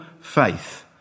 faith